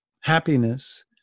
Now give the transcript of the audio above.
happiness